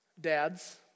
dads